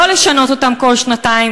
לא לשנות אותם כל שנתיים.